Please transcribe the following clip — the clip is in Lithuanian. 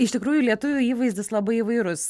iš tikrųjų lietuvių įvaizdis labai įvairus